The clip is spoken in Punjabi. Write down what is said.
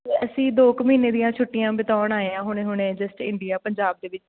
ਅਸੀਂ ਦੋ ਕੁ ਮਹੀਨੇ ਦੀਆਂ ਛੁੱਟੀਆਂ ਬਿਤਾਉਣ ਆਏ ਹਾਂ ਹੁਣੇ ਹੁਣੇ ਜਸਟ ਇੰਡੀਆ ਪੰਜਾਬ ਦੇ ਵਿੱਚ